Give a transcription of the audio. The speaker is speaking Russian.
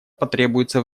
потребуется